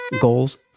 goals